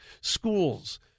schools